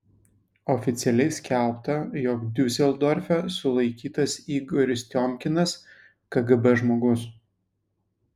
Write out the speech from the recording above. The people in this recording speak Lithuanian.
oficialiai skelbta jog diuseldorfe sulaikytas igoris tiomkinas kgb žmogus